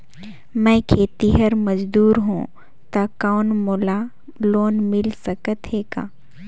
मैं खेतिहर मजदूर हों ता कौन मोला लोन मिल सकत हे का?